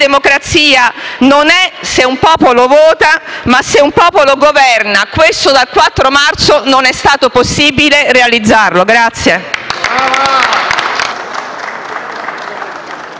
democrazia non è se un popolo vota, ma se un popolo governa: questo, dal 4 marzo non è stato possibile realizzarlo!